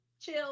chill